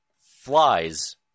flies